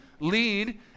lead